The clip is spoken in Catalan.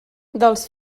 dels